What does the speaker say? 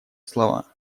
слова